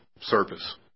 service